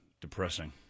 depressing